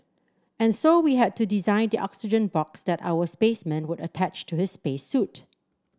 and so we had to design the oxygen box that our spaceman would attach to his space suit